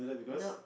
nope